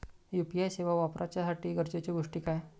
UPI सेवा वापराच्यासाठी गरजेचे गोष्टी काय?